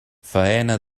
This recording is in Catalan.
faena